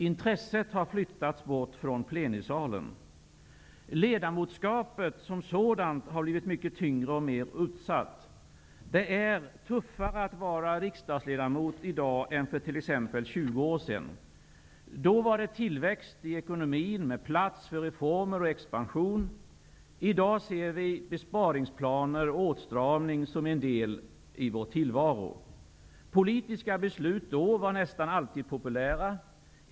Intresset har flyttats bort från plenisalen. Ledamotskapet som sådant har blivit mycket tyngre och mer utsatt. Det är tuffare att vara riksdagsledamot i dag än för t.ex. 20 år sedan. Då var det tillväxt i ekonomin med plats för reformer och expansion. I dag ser vi besparingsplaner och åtstramning som en del i vår tillvaro. Politiska beslut då var nästan alltid populära.